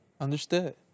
Understood